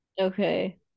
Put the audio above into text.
okay